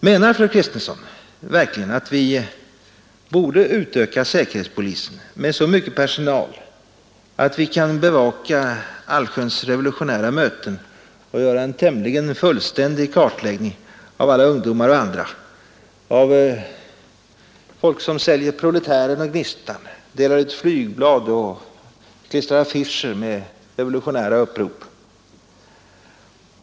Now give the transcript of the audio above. Menar fru Kristensson verkligen att vi borde utöka säkerhetspolisen med så mycket personal att vi kan bevaka allsköns revolutionära möten och göra en tämligen fullständig kartläggning av alla ungdomar och andra, av folk som säljer ”Proletären” och ”Gnistan”, som delar ut flygblad och klistrar upp affischer med revolutionära upprop?